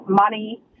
money